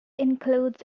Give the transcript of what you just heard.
includes